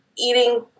eating